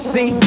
See